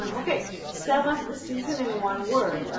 and okay, sam up the seas in in one word.